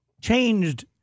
changed